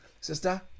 sister